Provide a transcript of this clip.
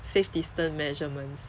safe distance measurements